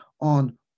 on